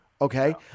Okay